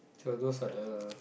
so those are the